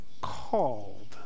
called